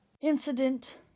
incident